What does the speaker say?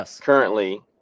currently